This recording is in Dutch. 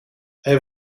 hij